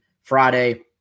Friday